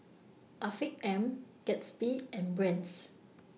Afiq M Gatsby and Brand's